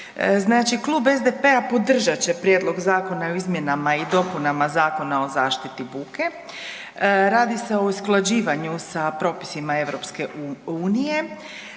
klub SDP-a podržat će Prijedlog zakona o izmjenama i dopunama Zakona o zaštiti od buke. Radi se o usklađivanju sa propisima EU-e,